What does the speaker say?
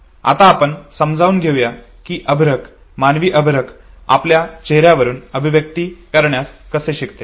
आता आपण समजून घेऊया की अर्भक मानवी अर्भक आपल्या चेहऱ्यावरून अभिव्यक्ती करण्यास कसे शिकते